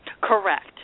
Correct